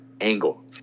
Angle